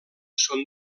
són